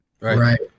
right